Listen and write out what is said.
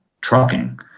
trucking